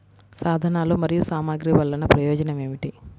సాధనాలు మరియు సామగ్రి వల్లన ప్రయోజనం ఏమిటీ?